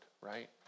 right